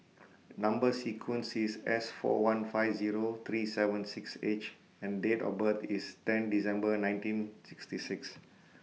Number sequence IS S four one five Zero three seven six H and Date of birth IS ten December nineteen sixty six